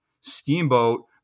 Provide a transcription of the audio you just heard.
Steamboat